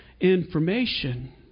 information